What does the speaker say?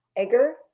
Eger